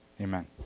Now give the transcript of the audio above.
Amen